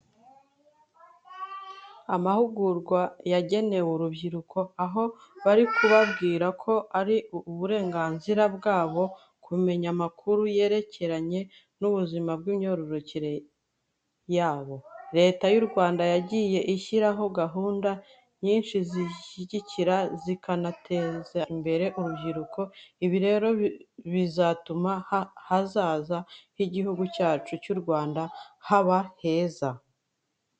Amahugurwa yagenewe urubyiruko, aho bari kubabwira ko ari uburenganzira bwabo kumenya amakuru yerekeranye n'ubuzima bw'imyororokere yabo. Leta y'u Rwanda yagiye ishyiraho gahunda nyinshi zishyigikira zikanateza imbere urubyiruko. Ibi rero bizatuma ahazaza h'Igihugu cyacu cy'u Rwanda haba heza.